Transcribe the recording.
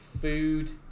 food